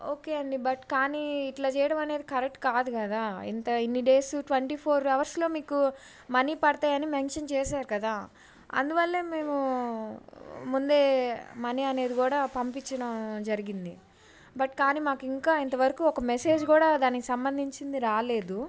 okay అండి but కానీ ఇట్లా చేయడం అనేది కరెక్ట్ కాదు కదా ఇంత ఇన్ని డేసు ట్వంటీ ఫోర్ అవర్స్లో మీకు మనీ పడతాయని మెన్షన్ చేశారు కదా అందువల్ల మేము ముందే మనీ అనేది కూడా పంపించడం జరిగింది బట్ కానీ మాకు ఇంకా ఇంతవరకు ఒక మెసేజ్ కూడా దానికి సంబంధించింది రాలేదు